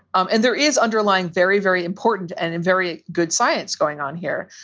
um and there is underlying very, very important and and very good science going on here.